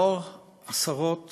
לנוכח עשרות